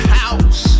house